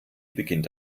beginnt